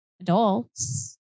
adults